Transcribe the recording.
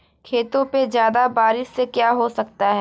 खेतों पे ज्यादा बारिश से क्या हो सकता है?